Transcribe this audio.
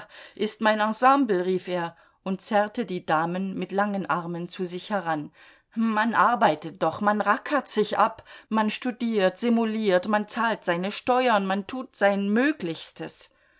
ist mein ensemble rief er und zerrte die damen mit langen armen zu sich heran man arbeitet doch man rackert sich ab man studiert simuliert man zahlt seine steuern man tut sein möglichstes